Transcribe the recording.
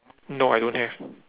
no I don't have